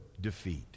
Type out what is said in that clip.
defeat